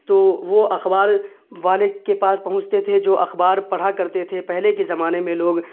تو وہ اخبار والے کے پاس پہنچتے تھے جو اخبار پڑھا کرتے تھے پہلے کے زمانے میں لوگ